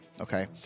Okay